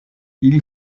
ili